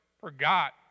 forgot